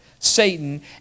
Satan